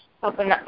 helping